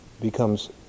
becomes